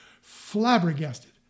flabbergasted